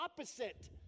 opposite